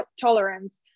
tolerance